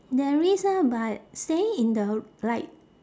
there is ah but staying in the like